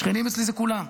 שכנים אצלי זה כולם.